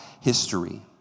history